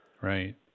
Right